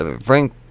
Frank